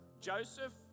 Joseph